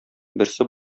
берсе